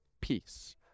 peace